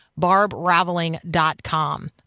BarbRaveling.com